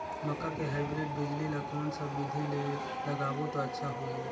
मक्का के हाईब्रिड बिजली ल कोन सा बिधी ले लगाबो त अच्छा होहि?